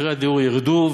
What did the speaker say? מחירי הדיור ירדו,